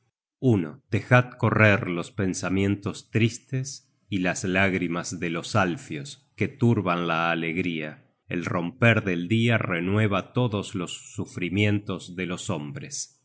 dejad correr los pensamientos tristes y las lágrimas de los alfios que turban la alegría el romper del dia renueva todos los sufrimientos de los hombres